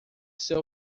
ser